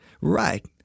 Right